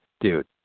dude